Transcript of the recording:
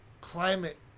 climate